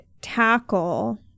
tackle